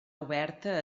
oberta